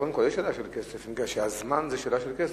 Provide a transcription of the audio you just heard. קודם כול יש שאלה של כסף, כי הזמן זה שאלה של כסף.